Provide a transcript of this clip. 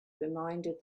reminded